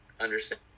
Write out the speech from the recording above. understand